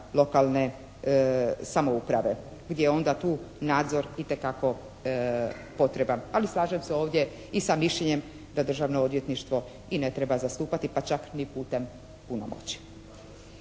lokalne samouprave gdje je onda tu nadzor itekako potreban. Ali slažem se ovdje i sa mišljenjem Državno odvjetništvo i ne treba zastupati pa čak ni putem punomoći.